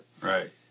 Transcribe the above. Right